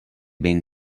been